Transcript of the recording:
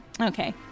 Okay